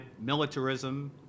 militarism